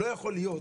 לא יכול להיות